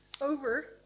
over